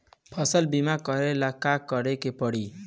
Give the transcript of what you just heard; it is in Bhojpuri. फसल बिमा करेला का करेके पारी?